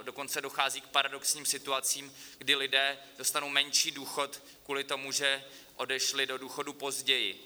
Dokonce dochází k paradoxním situacím, kdy lidé dostanou menší důchod kvůli tomu, že odešli do důchodu později.